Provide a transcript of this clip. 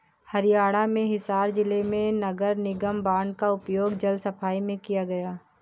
हरियाणा में हिसार जिले में नगर निगम बॉन्ड का उपयोग जल सफाई में किया गया